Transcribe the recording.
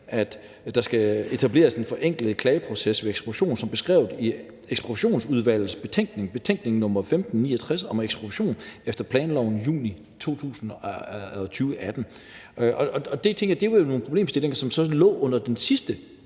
at der skal etableres en forenklet klageproces ved ekspropriation som beskrevet i Ekspropriationsudvalgets betænkning nr. 1569 om ekspropriation efter planloven, juni 2018. Det tænkte jeg var nogle problemstillinger, som lå i den sidste